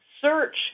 Search